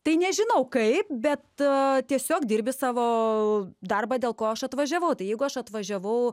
tai nežinau kaip bet tiesiog dirbi savo darbą dėl ko aš atvažiavau tai jeigu aš atvažiavau